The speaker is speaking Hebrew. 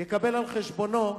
יקבל על חשבונו